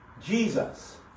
Jesus